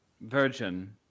Virgin